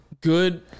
good